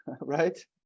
right